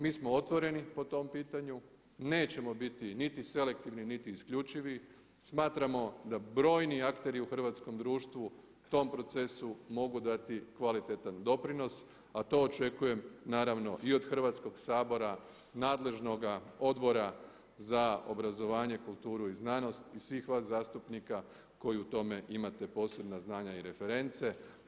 Mi smo otvoreni po tom pitanju, nećemo biti niti selektivni, niti isključivi, smatramo da brojni akteri u hrvatskom društvu tom procesu mogu dati kvalitetan doprinos a to očekujem naravno i od Hrvatskog sabora, nadležnoga Odbora za obrazovanje, kulturu i znanost i svih vas zastupnika koji u tome imate posebna znanja i reference.